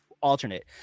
alternate